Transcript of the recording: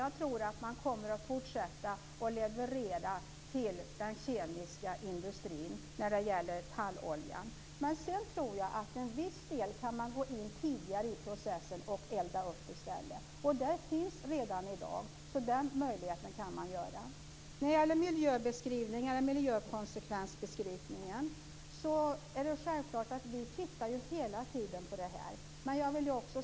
Man kommer nog att fortsätta att leverera tallolja till den kemiska industrin. Till viss del kan man gå in tidigare i processen. Den möjligheten finns redan i dag. När det gäller miljökonsekvensbeskrivningar är det självklart att vi hela tiden tittar på dessa.